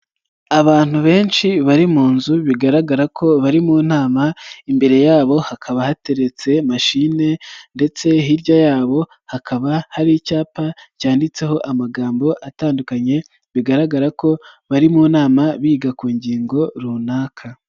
Abantu benshi bari mu nzu bigaragara ko bari mu nama, imbere yabo hakaba hateretse mashine ndetse hirya yabo hakaba hari icyapa cyanditseho amagambo atandukanye bigaragara ko bari mu nama biga ku ngingo runaka.